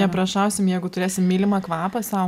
neprašausim jeigu turėsim mylimą kvapą sau